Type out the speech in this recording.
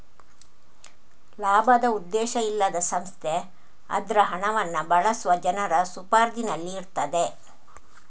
ಲಾಭದ ಉದ್ದೇಶ ಇಲ್ಲದ ಸಂಸ್ಥೆ ಅದ್ರ ಹಣವನ್ನ ಬಳಸುವ ಜನರ ಸುಪರ್ದಿನಲ್ಲಿ ಇರ್ತದೆ